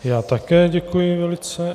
Já také děkuji velice.